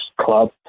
club